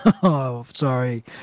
sorry